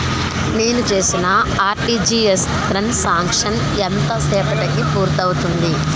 నేను చేసిన RTGS transaction ఎంత సేపటికి పూర్తి అవుతుంది?